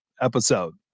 episode